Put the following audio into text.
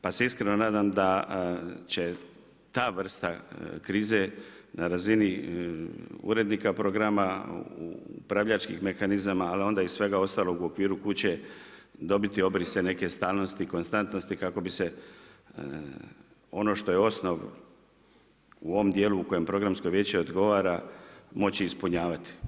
Pa se iskreno nadam da će ta vrsta krize na razini urednika programa, upravljačkih mehanizama, ali onda i svega ostalog u okviru kuće dobiti obrise neke stalnosti, konstantnosti kako bi se ono što je osnov u ovom dijelu u kojem Programsko vijeće odgovara moći ispunjavati.